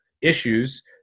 issues